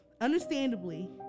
understandably